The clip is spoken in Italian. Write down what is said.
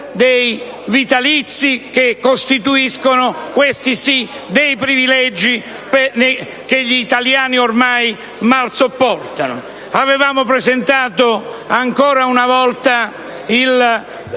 dei vitalizi, che costituiscono dei privilegi che gli italiani ormai mal sopportano. Avevamo presentato, ancora una volta,